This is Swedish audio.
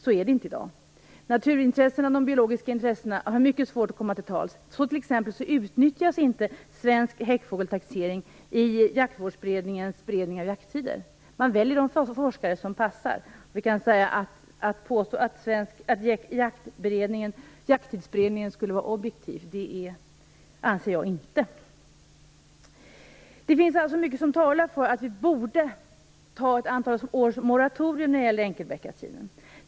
Så är det inte i dag. Naturintressena och de biologiska intressena har mycket svårt att komma till tals. T.ex. utnyttjas inte Svensk häckfågeltaxering i Jakttidsberedningens beredning av jakttider. Man väljer de forskare som passar. Att Jakttidsberedningen skulle vara objektiv anser jag inte stämmer. Det finns alltså mycket som talar för att vi borde ha ett antal års moratorium när det gäller enkelbeckasinen.